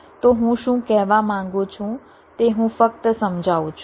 તો હું શું કહેવા માંગુ છું તે હું ફક્ત સમજાવું છું